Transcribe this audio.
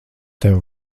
tev